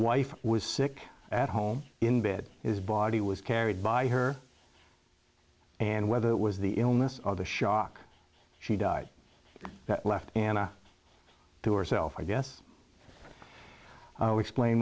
wife was sick at home in bed his body was carried by her and whether it was the illness or the shock she died that left anna to herself i guess